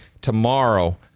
tomorrow